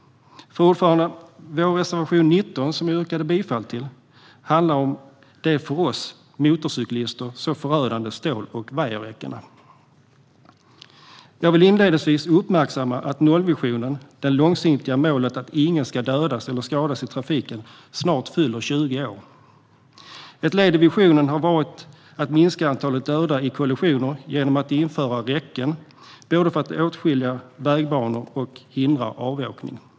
Fru talman! Vår reservation 19, som jag yrkade bifall till, handlar om de för oss motorcyklister så förödande stål och vajerräckena. Jag vill inledningsvis uppmärksamma att nollvisionen, det långsiktiga målet att ingen ska dödas eller skadas i trafiken, snart fyller 20 år. Ett led i visionen har varit att minska antalet döda i kollisioner genom att införa räcken, både för att åtskilja vägbanor och för att hindra avåkning.